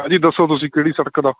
ਹਾਂਜੀ ਦੱਸੋ ਤੁਸੀਂ ਕਿਹੜੀ ਸੜਕ ਦਾ